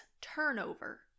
turnover